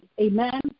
Amen